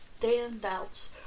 standouts